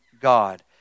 God